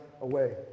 away